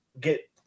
get